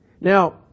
Now